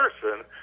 person